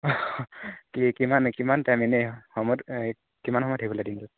কি কিমান কিমান টাইম এনে সময়টো কিমান সময় থাকিব লাগে দিনটো